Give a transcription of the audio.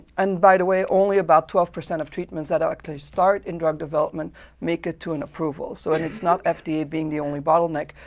and by the way, only, about, twelve percent of treatments that actually start in drug development make it to an approval. so and it's not fda being the only bottleneck.